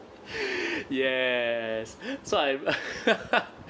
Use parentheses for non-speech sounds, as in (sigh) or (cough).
(breath) yes so I (laughs)